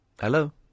Hello